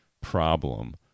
problem